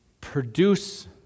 produce